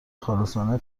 خالصانه